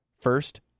First